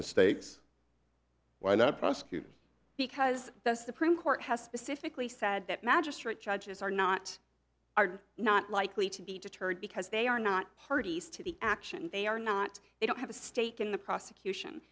mistakes why not prosecute because the supreme court has specifically said that magistrate judges are not are not likely to be deterred because they are not parties to the action they are not they don't have a stake in the prosecution